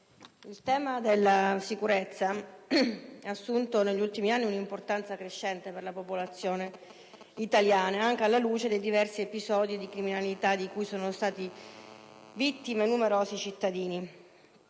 il tema della sicurezza ha assunto negli ultimi anni un'importanza crescente per la popolazione italiana anche alla luce dei diversi episodi di criminalità di cui sono state vittime numerosi cittadini.